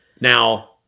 Now